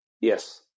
Yes